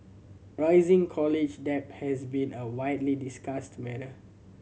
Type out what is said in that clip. rising college debt has been a widely discussed matter